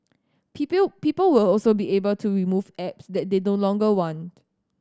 people will also be able to remove apps that they no longer want